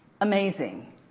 Amazing